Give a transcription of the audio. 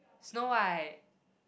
Snow-White